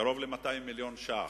קרוב ל-200 מיליון שקלים.